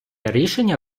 рішення